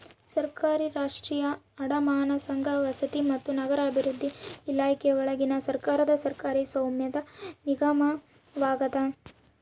ಸರ್ಕಾರಿ ರಾಷ್ಟ್ರೀಯ ಅಡಮಾನ ಸಂಘ ವಸತಿ ಮತ್ತು ನಗರಾಭಿವೃದ್ಧಿ ಇಲಾಖೆಯೊಳಗಿನ ಸರ್ಕಾರದ ಸರ್ಕಾರಿ ಸ್ವಾಮ್ಯದ ನಿಗಮವಾಗ್ಯದ